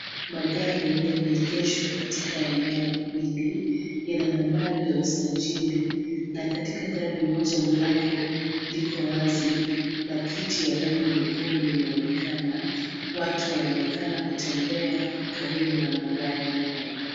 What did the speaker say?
Magari yameegeshwa katika eneo hili, yana nambari ya usajili na katika gari moja mlango liko wazi na kiti ya rangi nyekundu inaonekana. Watu wanaonekana kutembea karibu na magari haya.